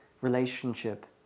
relationship